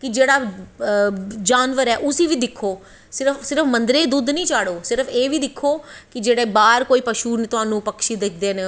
कि जेह्ड़ा जानवर ऐ उसी बी दिक्खो सिर्फ मन्दरें च दुध्द नी चाढ़ो एह् बी दिक्खो कि कोई बाह्र कोई तुहानू पशू पक्षी दिखदे न